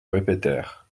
répétèrent